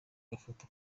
agafoto